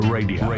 Radio